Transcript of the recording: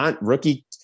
rookie